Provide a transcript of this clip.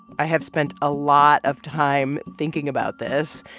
i have spent a lot of time thinking about this.